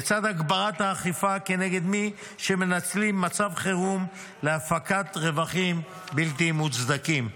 לצד הגברת האכיפה כנגד מי שמנצלים מצב חירום להפקת רווחים בלתי מוצדקים,